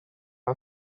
are